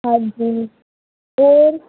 ਹਾਂਜੀ ਹੋਰ